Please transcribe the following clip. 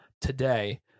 today